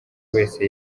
wese